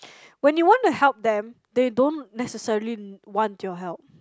when you want to help them they don't necessarily want your help